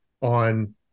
on